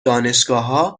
دانشگاهها